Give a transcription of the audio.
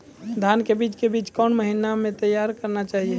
धान के बीज के बीच कौन महीना मैं तैयार करना जाए?